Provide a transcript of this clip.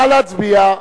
נא להצביע.